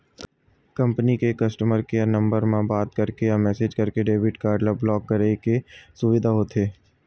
company के customer care number म बात करके या मेसेज करके डेबिट कारड ल ब्लॉक कराए के सुबिधा होथे